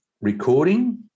recording